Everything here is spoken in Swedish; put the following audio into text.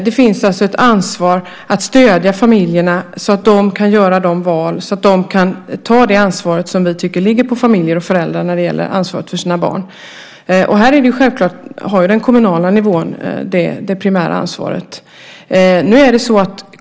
Det finns alltså ett ansvar att stödja familjerna så att de kan göra de val och ta det ansvar som vi tycker ligger på familjer och föräldrar när det gäller barnen. Här har den kommunala nivån det primära ansvaret.